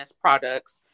products